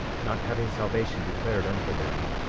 not having salvation declared unto them.